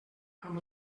amb